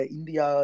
India%